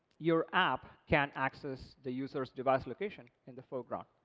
your app can access the user's device location in the foreground.